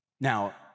Now